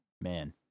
man